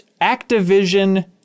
Activision